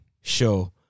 show